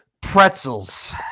pretzels